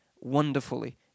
wonderfully